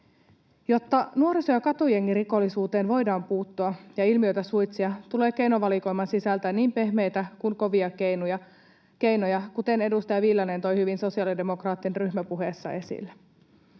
Jotta nuoriso- ja katujengirikollisuuteen voidaan puuttua ja ilmiötä suitsia, tulee keinovalikoiman sisältää niin pehmeitä kuin kovia keinoja, kuten edustaja Viljanen toi hyvin sosiaalidemokraattien ryhmäpuheessa esille.